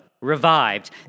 revived